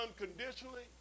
unconditionally